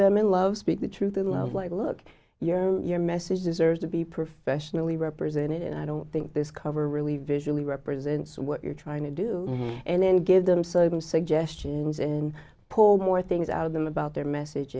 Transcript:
them in love speak the truth and love like look you know your message deserves to be professionally represented and i don't think this cover really visually represents what you're trying to do and then give them so much suggestions in pull more things out of them about their message